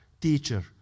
Teacher